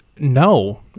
No